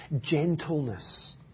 gentleness